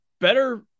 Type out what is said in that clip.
better